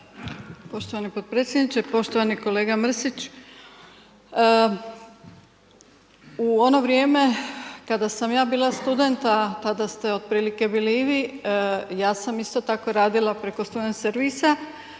Poštovani potpredsjedniče. Poštovani kolega Mrsić, u ono vrijeme kada sam ja bila studentica tada ste otprilike bili i vi, ja sam isto tako radila preko student servisa